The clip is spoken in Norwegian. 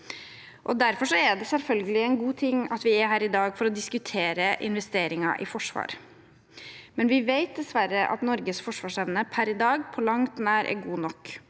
Derfor er det selvfølgelig en god ting at vi er her i dag for å diskutere investeringer i Forsvaret. Vi vet dessverre at Norges forsvarsevne per i dag på langt nær er god nok,